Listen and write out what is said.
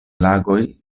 lagoj